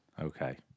Okay